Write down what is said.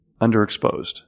underexposed